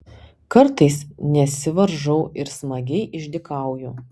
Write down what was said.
kartais nesivaržau ir smagiai išdykauju